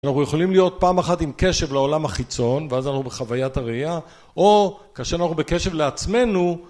אנחנו יכולים להיות פעם אחת עם קשב לעולם החיצון, ואז אנחנו בחוויית הראייה, או כאשר אנחנו בקשב לעצמנו